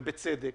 ובצדק.